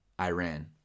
Iran